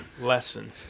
lesson